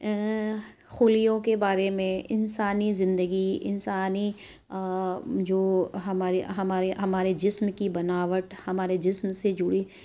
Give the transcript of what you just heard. خلیوں کے بارے میں انسانی زندگی انسانی جو ہمارے ہمارے ہمارے جسم کی بناوٹ ہمارے جسم سے جڑی